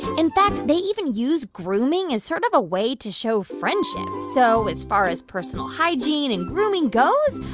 in fact, they even use grooming as sort of a way to show friendship. so as far as personal hygiene and grooming goes,